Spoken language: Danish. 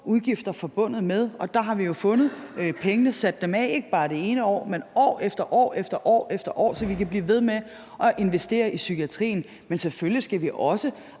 udgifter forbundet med, og der har vi jo fundet pengene og sat dem af, ikke bare det ene år, men år efter år efter år, så vi kan blive ved med at investere i psykiatrien. Men selvfølgelig skal vi også